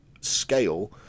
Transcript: scale